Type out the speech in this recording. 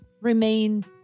remain